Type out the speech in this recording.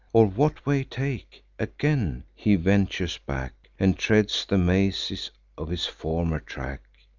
or what way take? again he ventures back, and treads the mazes of his former track.